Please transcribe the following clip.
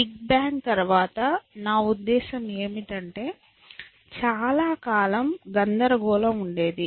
big bang తర్వాత నా ఉద్దేశ్యం ఏమిటంటే చాలా కాలం గందరగోళం ఉండేది